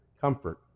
comfort